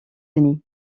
unis